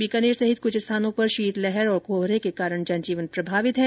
बीकानेर सहित कुछ स्थानों पर शीतलहर और कोहरे के कारण जन जीवन प्रभावित है